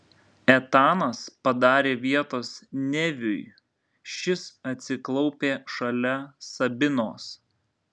etanas padarė vietos neviui šis atsiklaupė šalia sabinos